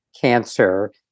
cancer